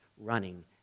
running